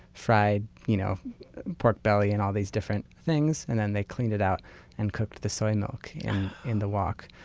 fried you know pork belly and all these different things, and then they cleaned it out and cooked the soy milk in the wok.